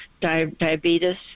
diabetes